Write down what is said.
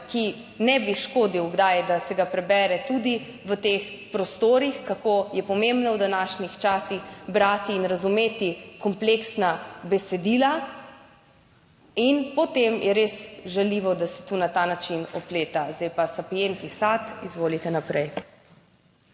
ki ne bi škodil kdaj, da se ga prebere tudi v teh prostorih, kako je pomembno v današnjih časih brati in razumeti kompleksna besedila, in potem je res žaljivo, da se tu na ta način opleta. Zdaj pa, Sapienti sat! Izvolite naprej.